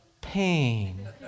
pain